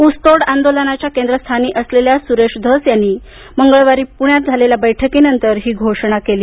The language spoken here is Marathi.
ऊसतोड आंदोलनाच्या केंद्रस्थानी असलेल्या सुरेश धस यांनी मंगळवारी पुण्यात झालेल्या बैठकीनंतर ही घोषणा केली